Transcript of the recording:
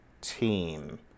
team